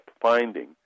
finding